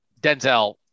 Denzel